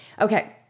Okay